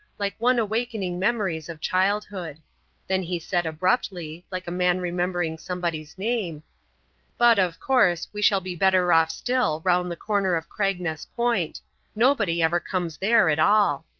like one awakening memories of childhood then he said abruptly, like a man remembering somebody's name but, of course, we shall be better off still round the corner of cragness point nobody ever comes there at all.